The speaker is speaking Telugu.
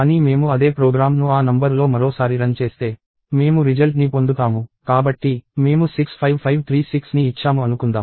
కానీ మేము అదే ప్రోగ్రామ్ను ఆ నంబర్లో మరోసారి రన్ చేస్తే మేము రిజల్ట్ ని పొందుతాము కాబట్టి మేము 65536 ని ఇచ్చాము అనుకుందాం